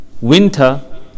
winter